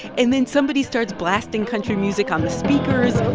and then somebody starts blasting country music on the speakers.